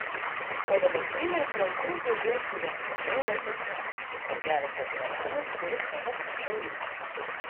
o dabartinė prancūzų virtuvės mada yra tokia kad geras restoranas turi savo mažą ūkį